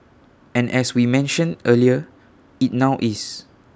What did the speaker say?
and as we mentioned earlier IT now is